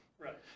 Right